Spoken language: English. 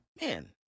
man